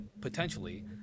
potentially